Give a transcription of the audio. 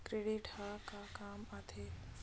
Credit ह का काम आथे?